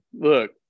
look